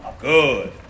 Good